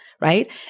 right